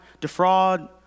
defraud